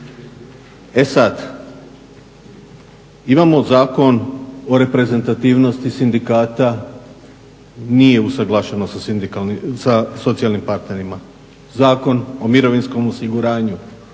E sad, imamo Zakon o reprezentativnosti sindikata, nije usuglašeno sa socijalnim partnerima. Zakon o mirovinskom osiguranju,